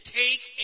take